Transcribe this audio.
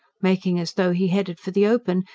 making as though he headed for the open,